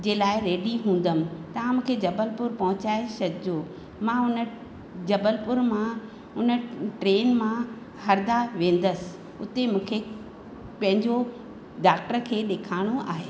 जे लाइ रेडी हूंदमि तव्हां मूंखे जबलपुर पहुचाए छॾिजो मां उन जबलपुर मां उन ट्रेन मां हरदा वेंदसि उते मूंखे पंहिंजो डॉक्टर खे ॾेखारणो आहे